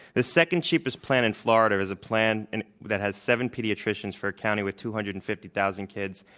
the second cheapest plan in florida is a plan and that has seven pediatricians for a county with two hundred and fifty thousand kids.